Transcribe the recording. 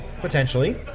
potentially